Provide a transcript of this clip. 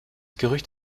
gerücht